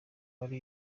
ari